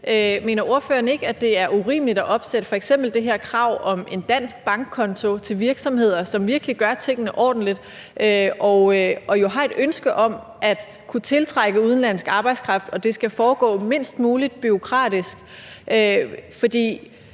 Mener ordføreren ikke, at det er urimeligt at opsætte f.eks. det her krav om en dansk bankkonto til virksomheder, som virkelig gør tingene ordentligt og jo har et ønske om at kunne tiltrække udenlandsk arbejdskraft? Og det skal foregå mindst muligt bureaukratisk, for